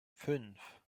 fünf